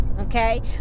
Okay